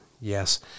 Yes